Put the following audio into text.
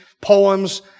poems